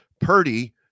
Purdy